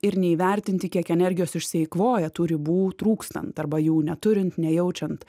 ir ne įvertinti kiek energijos išsieikvoja tų ribų trūkstant arba jų neturint nejaučiant